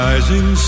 Rising